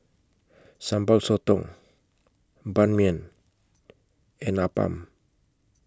Sambal Sotong Ban Mian and Appam